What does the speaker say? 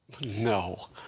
No